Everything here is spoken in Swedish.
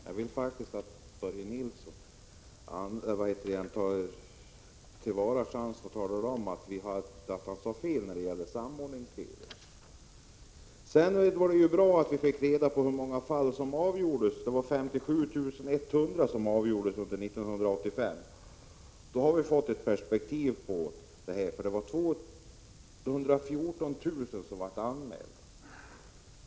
Fru talman! Jag vill faktiskt att Börje Nilsson tar till vara chansen att säga att han sade fel när det gäller samordningstiden. Det var bra att vi fick reda på hur många fall som avgjordes under 1985. Det var 57 100. Då har vi fått ett perspektiv. Det var nämligen 214 000 fall som blev anmälda.